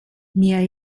mir